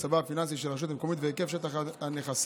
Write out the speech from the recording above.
מצבה הפיננסי של הרשות המקומית והיקף שטח הנכסים